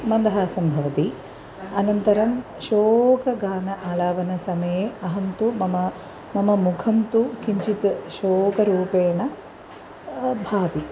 मन्दहासं भवति अनन्तरं शोकगानम् आलापनसमये अहं तु मम मम मुखं तु किञ्चित् शोकरूपेण भाति